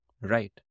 Right